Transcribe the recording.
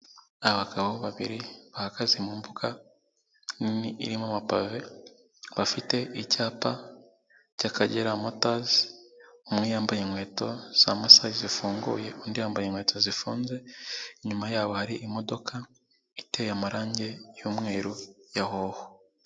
Abagabo babiri bahagaze mu mbuga nini irimo amapave afite icyapa cy'akagera motezi umwe yambaye inkweto za masaye zifunguye undi yambaye inkweto zifunze, inyuma yabo hari imodoka iteye amarangi y'umweru ya hoho.